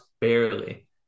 barely